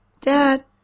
Dad